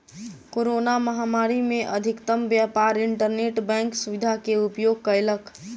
corona महामारी में अधिकतम व्यापार इंटरनेट बैंक सुविधा के उपयोग कयलक